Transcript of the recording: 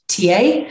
TA